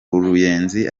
ruyenzi